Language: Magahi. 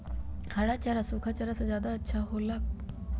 हरा चारा सूखा चारा से का ज्यादा अच्छा हो ला?